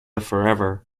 forever